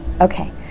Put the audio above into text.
Okay